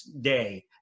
day